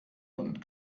und